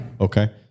Okay